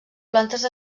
plantes